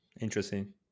Interesting